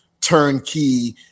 turnkey